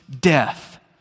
death